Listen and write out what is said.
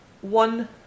one